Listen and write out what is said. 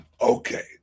Okay